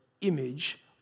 image